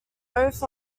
oath